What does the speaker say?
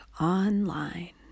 online